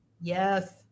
Yes